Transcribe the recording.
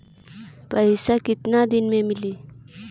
पैसा केतना दिन में मिली?